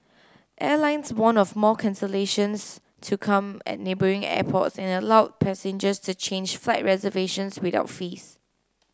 airlines warned of more cancellations to come at neighbouring airports and allowed passengers to change flight reservations without fees